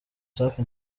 safi